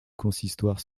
consistoire